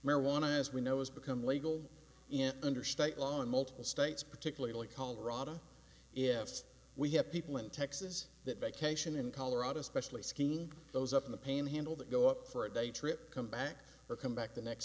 marijuana as we know has become legal in under state law in multiple states particularly colorado if we have people in texas that vacation in colorado especially skiing those up in the panhandle that go up for a day trip come back or come back the next